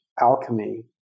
alchemy